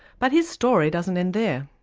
but his story doesn't end there.